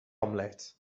omelette